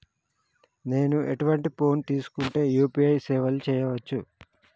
నేను ఎటువంటి ఫోన్ తీసుకుంటే యూ.పీ.ఐ సేవలు చేయవచ్చు?